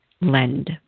lend